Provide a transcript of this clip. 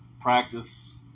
practice